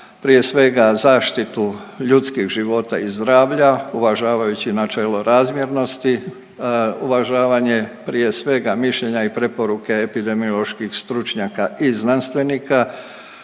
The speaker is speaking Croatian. prije svega zaštitu ljudskih života i zdravlja uvažavajući načelo razmjernosti, uvažavanje prije svega mišljenja i preporuke epidemioloških stručnjaka i znanstvenika,